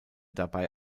dabei